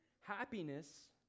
Happiness